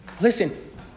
Listen